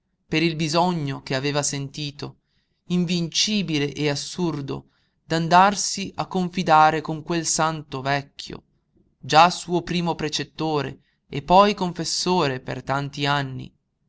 per il bisogno che aveva sentito invincibile e assurdo d'andarsi a confidare con quel santo vecchio già suo primo precettore e poi confessore per tanti anni